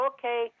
Okay